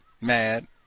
Mad